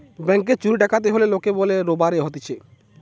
ব্যাংকে চুরি ডাকাতি হলে লোকে বলে রোবারি হতিছে